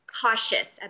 cautious